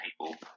people